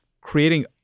creating